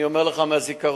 אני אומר לך מהזיכרון,